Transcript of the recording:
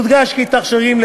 יודגש כי תכשירים,